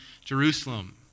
Jerusalem